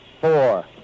four